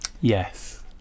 yes